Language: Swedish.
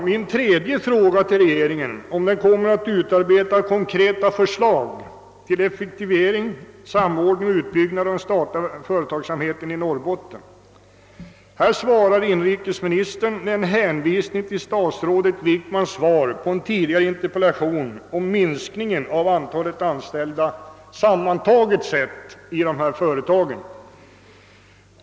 Min tredje fråga till regeringen gäller om den kommer att utarbeta konkreta förslag till effektivering, samordning och utbyggnad av den statliga företagsamheten i Norrbotten. Inrikesministern svarar med en hänvisning till statsrådet Wickmans svar på en tidigare interpellation om den sammantagna minskningen av antalet anställda vid dessa företag.